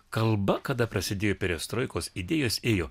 kalba kada prasidėjo perestroikos idėjos ėjo